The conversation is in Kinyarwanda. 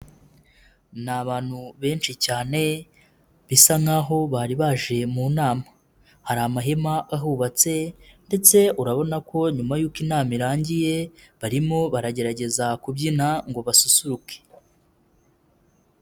Ni abantu benshi cyane bisa nkaho bari baje mu nama, hari amahema ahubatse ndetse urabona ko nyuma y'uko inama irangiye, barimo baragerageza kubyina ngo basusuruke.